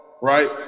Right